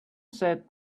said